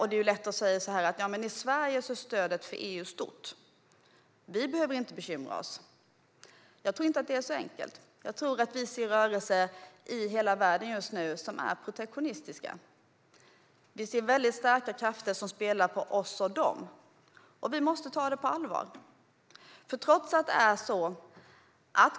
Det är lätt att säga att stödet för EU är stort i Sverige, och att inte vi behöver bekymra oss. Jag tror inte att det är så enkelt. Just nu kan vi se en rörelse i hela världen som är protektionistisk. Det finns väldigt starka krafter som spelar på oss och dem, och det måste vi ta på allvar.